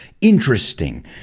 interesting